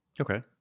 Okay